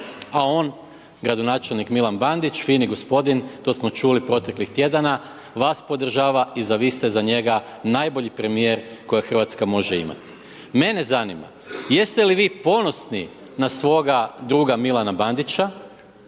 A on, gradonačelnik Milan Bandić, fini gospodin, to smo čuli proteklih tjedana vas podržava i vi ste za njega najbolji premijer kojeg Hrvatska može imati. Mene zanima jeste li vi ponosni na svoga druga Milana Bandića,